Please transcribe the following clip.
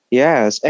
yes